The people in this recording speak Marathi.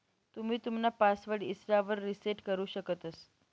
तुम्ही तुमना पासवर्ड इसरावर रिसेट करु शकतंस